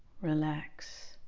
relax